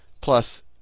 plus